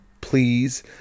Please